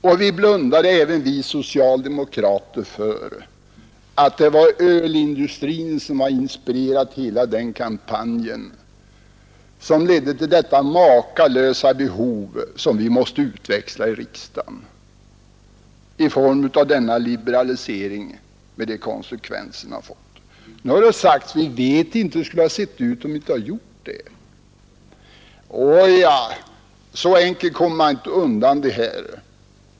Och även vi socialdemokrater blundade för att det var ölindustrin som hade inspirerat hela den kampanj som ledde till det makalösa behov som vi måste täcka genom att i riksdagen fatta beslut om denna liberalisering som fått så stora konsekvenser. Det har anförts att vi inte vet hur det skulle ha sett ut om vi inte hade frisläppt mellanölet. Åja, så enkelt kommer man inte undan!